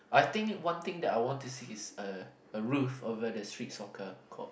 I think one thing that I want to see is err a roof over the street soccer court